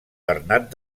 bernat